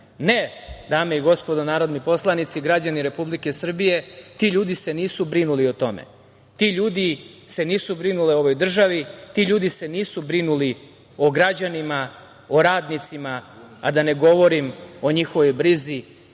Ne, dame i gospodo narodni poslanici, građani Republike Srbije, ti ljudi se nisu brinuli o tome, ti ljudi se nisu brinuli o ovoj državi, ti ljudi se nisu brinuli o građanima, o radnicima, a da ne govorim o njihovoj brizi